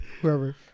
Whoever